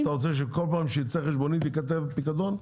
אתה רוצה שבכל פעם שתצא חשבונית ייכתב: פיקדון?